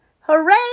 Hooray